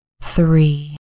three